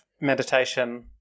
meditation